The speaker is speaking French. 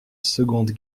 seconde